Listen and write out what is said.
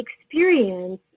experience